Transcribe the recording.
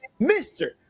mr